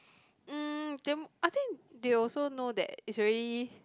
mm then I think they also know that it's already